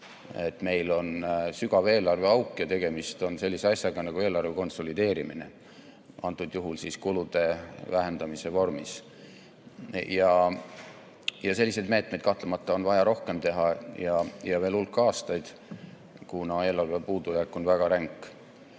Meil on sügav eelarveauk ja tegemist on sellise asjaga nagu eelarve konsolideerimine, antud juhul kulude vähendamise vormis. Selliseid meetmeid on kahtlemata rohkem vaja ja veel hulk aastaid, kuna eelarve puudujääk on väga ränk. Olles